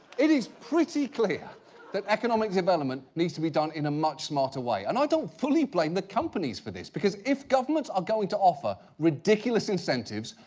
it is pretty clear that economic development needs to be done in a much smarter way. and i don't fully blame the companies for this. because if governments are going to offer ridiculous incentives,